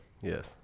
Yes